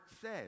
says